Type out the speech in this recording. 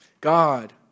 God